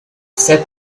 except